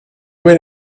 went